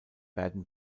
werden